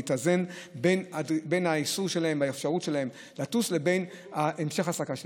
בין האיסור והאפשרות שלהם לטוס לבין המשך ההעסקה שלהם.